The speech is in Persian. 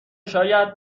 شاید